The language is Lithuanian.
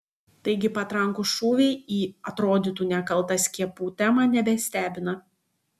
taigi patrankų šūviai į atrodytų nekaltą skiepų temą nebestebina